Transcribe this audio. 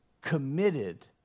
committed